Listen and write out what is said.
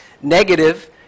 Negative